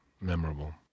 memorable